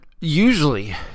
usually